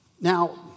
Now